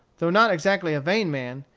though not exactly a vain man,